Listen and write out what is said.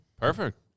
Perfect